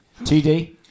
TD